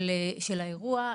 של האירוע.